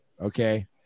okay